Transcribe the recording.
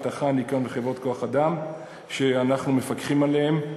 האבטחה והניקיון וחברות כוח-אדם שאנחנו מפקחים עליהן.